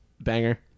Banger